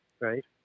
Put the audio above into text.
Right